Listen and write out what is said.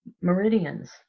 meridians